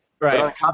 right